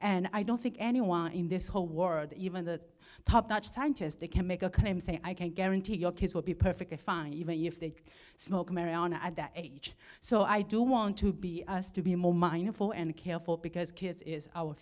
and i don't think anyone in this whole ward even the top notch scientist they can make a claim say i can't guarantee your kids will be perfectly fine even if they smoke marijuana at that age so i do want to be us to be more mindful and careful because kids is our